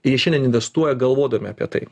jie šiandien investuoja galvodami apie tai